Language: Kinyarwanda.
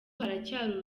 haracyari